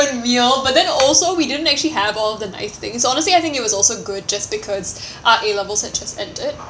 good meal but then also we didn't actually have all the nice things honestly I think it was also good just because our A levels had just ended